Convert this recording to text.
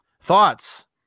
Thoughts